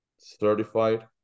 certified